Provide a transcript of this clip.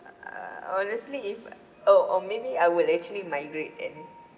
uh honestly if oh or maybe I will actually migrate and